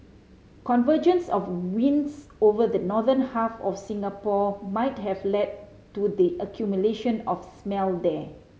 convergence of winds over the northern half of Singapore might have led to the accumulation of smell there